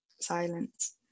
silence